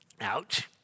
Ouch